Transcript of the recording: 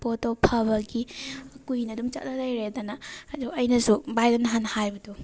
ꯄꯣꯠꯇꯣ ꯐꯕꯒꯤ ꯀꯨꯏꯅ ꯑꯗꯨꯝ ꯆꯠꯂ ꯂꯩꯔꯦꯗꯅ ꯑꯗꯨ ꯑꯩꯅꯁꯨ ꯚꯥꯏꯗ ꯅꯍꯥꯟ ꯍꯥꯏꯕꯗꯣ